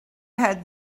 had